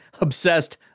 Obsessed